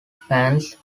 fans